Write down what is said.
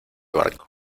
barco